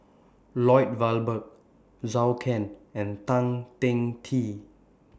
Lloyd Valberg Zhou Can and Tan Teng Kee